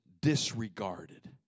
disregarded